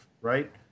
Right